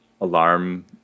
alarm